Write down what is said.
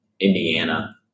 Indiana